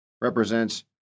represents